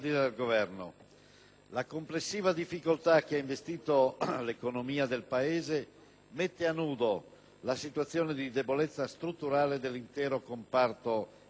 la complessiva difficoltà che ha investito l'economia del Paese mette a nudo la situazione di debolezza strutturale dell'intero comparto agricolo,